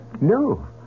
No